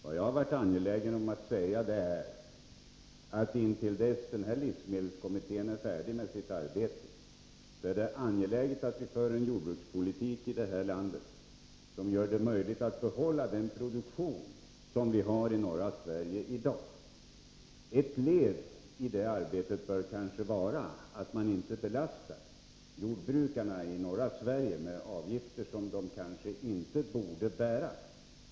Vad jag har varit angelägen att säga är att intill dess denna livsmedelskommitté är färdig med sitt arbete är det angeläget att vi för en jordbrukspolitik i det här landet som gör det möjligt att behålla den produktion som vi har i norra Sverige i dag. Ett led i det arbetet bör kanske vara att inte belasta jordbrukarna i norra Sverige med avgifter som de kanske inte borde erlägga.